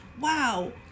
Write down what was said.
wow